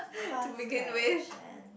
course correction